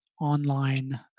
online